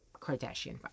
Kardashian